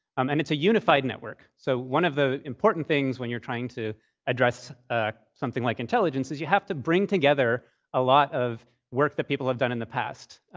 um and it's a unified network. so one of the important things when you're trying to address something like intelligence is you have to bring together a lot of work that people have done in the past.